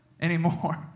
anymore